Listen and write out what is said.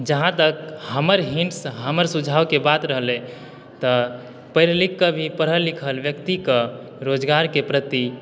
जहाँ तक हमर हिन्ट्स हमर सुझाव के बात रहले तऽ पढ़ि लिख के भी पढ़ल लिखल व्यक्तिके रोजगारके प्रति